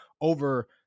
over